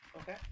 Okay